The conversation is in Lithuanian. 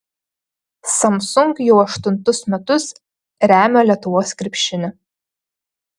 samsung jau aštuntus metus remia lietuvos krepšinį